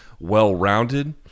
well-rounded